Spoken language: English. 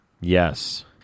yes